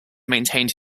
maintained